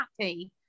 happy